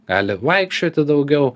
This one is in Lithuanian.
gali vaikščioti daugiau